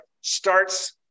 starts